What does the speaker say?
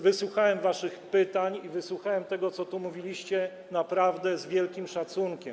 Wysłuchałem waszych pytań i wysłuchałem tego, co tu mówiliście, naprawdę z wielkim szacunkiem.